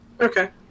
Okay